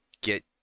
get